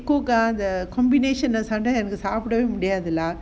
cook ah the combination எனக்கு சாப்பிடவே முடியாது:enaku saapidave mudiyaathu lah